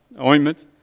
ointment